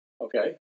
okay